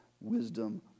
wisdom